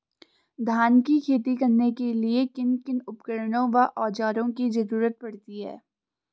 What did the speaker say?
धान की खेती करने के लिए किन किन उपकरणों व औज़ारों की जरूरत पड़ती है?